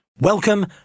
Welcome